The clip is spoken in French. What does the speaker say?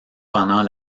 pendant